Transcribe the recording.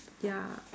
ya